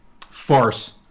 farce